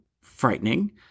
frightening